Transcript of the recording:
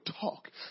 talk